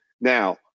now